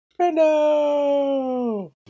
Brando